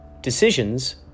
decisions